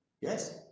yes